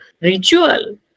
ritual